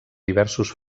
diversos